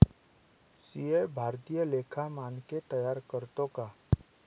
CA भारतीय लेखा मानके तयार करतो का